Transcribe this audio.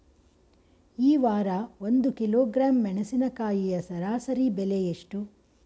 ಈ ವಾರ ಒಂದು ಕಿಲೋಗ್ರಾಂ ಮೆಣಸಿನಕಾಯಿಯ ಸರಾಸರಿ ಬೆಲೆ ಎಷ್ಟು?